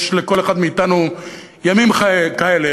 יש לכל אחד מאתנו ימים כאלה,